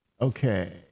Okay